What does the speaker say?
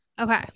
Okay